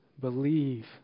believe